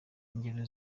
ingero